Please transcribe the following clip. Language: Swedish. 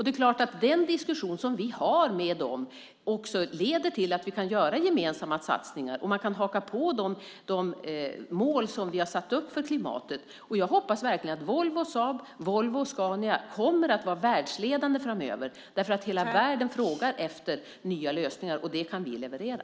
Det är klart att den diskussion vi för med dem också leder till att vi kan göra gemensamma satsningar och de kan haka på de klimatmål som vi satt upp. Jag hoppas verkligen att Volvo, Saab och Scania kommer att vara världsledande framöver. Hela världen frågar efter nya lösningar, och dem kan vi leverera.